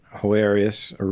hilarious